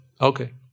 okay